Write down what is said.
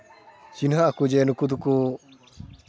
ᱪᱤᱱᱦᱟᱹᱜ ᱟᱠᱚᱜ ᱡᱮ ᱱᱩᱠᱩ ᱫᱚᱠᱚ